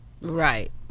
Right